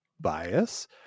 bias